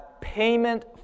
payment